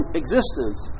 existence